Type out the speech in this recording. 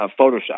Photoshop